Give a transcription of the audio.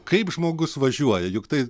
kaip žmogus važiuoja juk tai